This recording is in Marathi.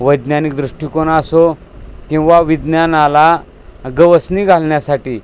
वैज्ञानिक दृष्टिकोन असो किंवा विज्ञानाला गवसणी घालण्यासाठी